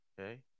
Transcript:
Okay